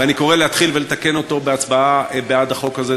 ואני קורא להתחיל ולתקן אותו בהצבעה בעד החוק הזה.